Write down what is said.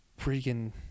freaking